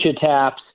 taps